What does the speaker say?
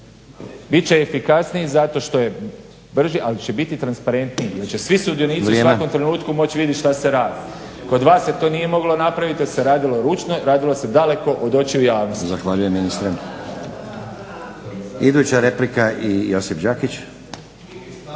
bit će efikasniji zato što je brži, ali će biti transparentniji jer će svi sudionici … …/Upadica Stazić: Vrijeme./… … u svakom trenutku moći vidjeti šta se radi. Kod vas se to nije moglo napraviti jer se radilo ručno, radilo se daleko od očiju javnosti.